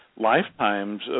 lifetimes